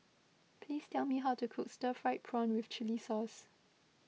please tell me how to cook Stir Fried Prawn with Chili Sauce